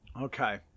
Okay